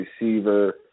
receiver